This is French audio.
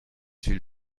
huiles